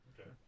Okay